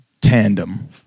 tandem